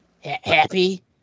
Happy